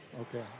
okay